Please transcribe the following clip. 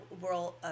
World